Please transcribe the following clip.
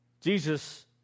Jesus